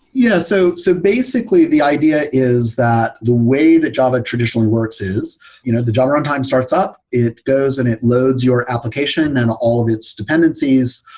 yeah. so so basically, the idea is that the way that java traditionally works is you know the java runtime startup. it goes and it loads your application and all of its dependencies.